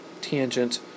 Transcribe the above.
tangent